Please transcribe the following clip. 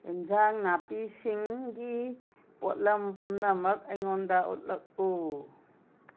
ꯑꯦꯟꯁꯥꯡ ꯅꯥꯄꯤꯁꯤꯡꯒꯤ ꯄꯣꯠꯂꯝ ꯄꯨꯝꯅꯃꯛ ꯑꯩꯉꯣꯟꯗ ꯎꯠꯂꯛꯎ